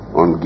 on